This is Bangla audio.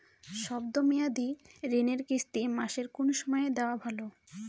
শব্দ মেয়াদি ঋণের কিস্তি মাসের কোন সময় দেওয়া ভালো?